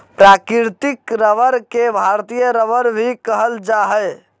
प्राकृतिक रबर के भारतीय रबर भी कहल जा हइ